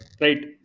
right